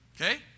okay